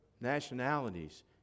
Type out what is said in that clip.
nationalities